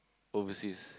overseas